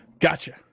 Gotcha